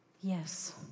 Yes